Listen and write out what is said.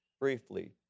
briefly